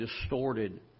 distorted